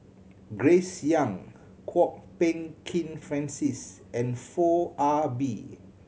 Grace Young Kwok Peng Kin Francis and Foo Ah Bee